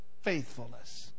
faithfulness